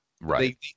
Right